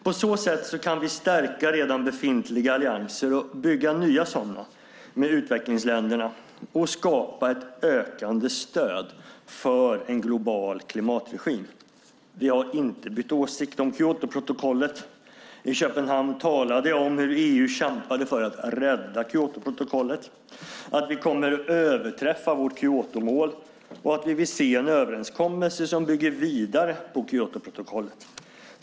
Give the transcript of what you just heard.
På så sätt kan vi stärka redan befintliga allianser och bygga nya sådana med utvecklingsländerna och skapa ett ökande stöd för en global klimatregim. Vi har inte bytt åsikt om Kyotoprotokollet. I Köpenhamn talade jag om hur EU kämpade för att rädda Kyotoprotokollet, att vi kommer att överträffa vårt Kyotomål och att vi vill se en överenskommelse som bygger vidare på Kyotoprotokollet.